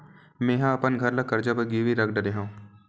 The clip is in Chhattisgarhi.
मेहा अपन घर ला कर्जा बर गिरवी रख डरे हव